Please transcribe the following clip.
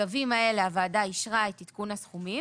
בצווים האלה הוועדה אישרה את עדכון הסכומים